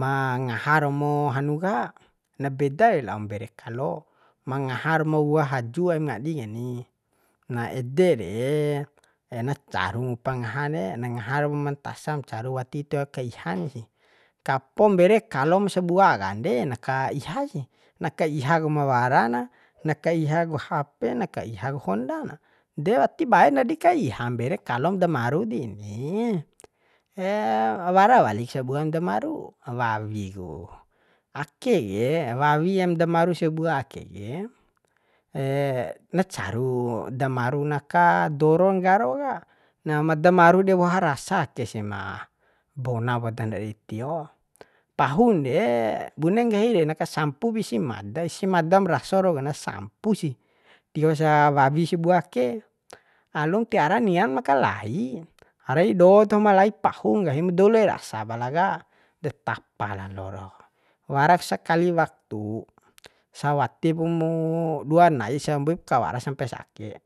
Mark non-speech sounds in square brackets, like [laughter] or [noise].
ma ngaha romo hanu ka na beda lao mbere kalo ma ngaha romo wua hajju aim ngadi keni na ede re [hesitation] na caruk ngupa ngahan re na ngaha rop ma ntasa caru wati tio ka ihan si [noise] kapo mbere kalom sabua kande na kaiha sih na kaiha kumawara na na kaiha ku hape na kaihak honda na de wati baen ndadi kaiham mbere kalom da maru deni [hesitation] wara walik sabuan damaru wawi ku ake ke wawi madamaru sabua ake ke [hesitation] na caru da maruna aka doro nggaro ka na madamaru dei woha rasa ake si ma bona podan ndadi tio pahun de bune nggahi de na kasampup isi mada isi mraso rau ka na sampusih tiosa wawi sabua ake alum tiara nian makalai rai do tahom lao pahu nggahim dou lai rasa pala ka de tapa lalo ro warak sakali waktu [noise] sawatipu mu dua ndaisa mbuip ka wara sampes ake